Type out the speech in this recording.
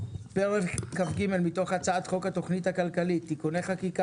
פרק כ"ג מתוך הצעת חוק התכנית הכלכלית (תיקוני חקיקה